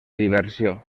diversió